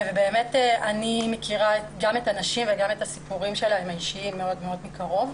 אני מכירה גם את הנשים וגם את הסיפורים האישיים שלהן מאוד קרוב.